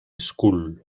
school